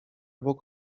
bok